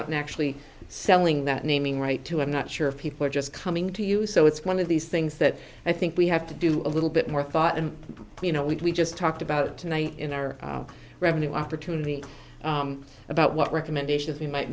out and actually selling that naming right to i'm not sure if people are just coming to you so it's one of these things that i think we have to do a little bit more thought and you know we just talked about tonight in our revenue opportunity about what recommendations we might